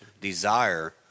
desire